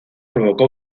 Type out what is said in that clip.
provocó